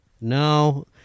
No